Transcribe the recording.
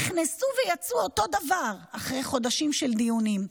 נכנסו ויצאו אותו דבר אחרי חודשים של דיונים.